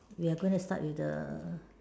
we're gonna start with the